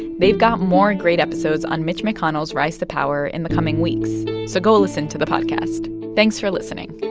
they've got more great episodes on mitch mcconnell's rise to power in the coming weeks. so go listen to the podcast. thanks for listening